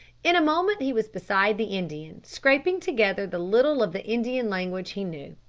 in a moment he was beside the indian. scraping together the little of the indian language he knew,